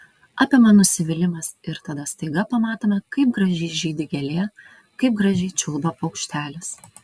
apima nusivylimas ir tada staiga pamatome kaip gražiai žydi gėlė kaip gražiai čiulba paukštelis